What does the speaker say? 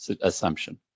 assumption